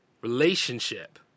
relationship